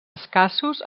escassos